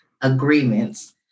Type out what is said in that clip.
agreements